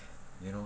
you know